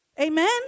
Amen